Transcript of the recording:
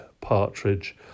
partridge